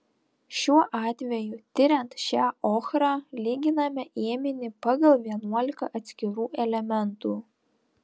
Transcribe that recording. šiuo atveju tiriant šią ochrą lyginame ėminį pagal vienuolika atskirų elementų